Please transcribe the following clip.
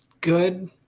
good